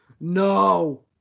no